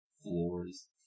floors